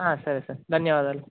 సరే సార్ ధన్యవాదాలు